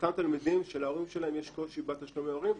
לאותם תלמידים שלהורים להם יש קושי בתשלומי הורים.